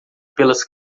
pelas